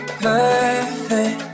perfect